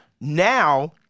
Now